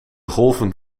golven